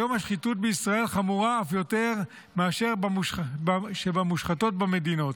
כיום השחיתות בישראל חמורה אף יותר מאשר במושחתות שבמדינות.